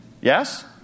Yes